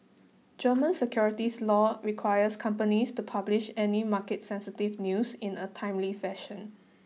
German securities law requires companies to publish any market sensitive news in a timely fashion